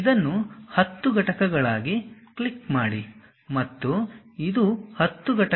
ಇದನ್ನು 10 ಘಟಕಗಳಾಗಿ ಕ್ಲಿಕ್ ಮಾಡಿ ಮತ್ತು ಇದು 10 ಘಟಕಗಳು